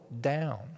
down